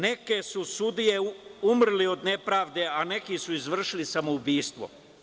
Neke su sudije umrli od nepravde, a neki su izvršili samoubistvo.